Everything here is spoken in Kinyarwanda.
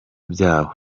byayo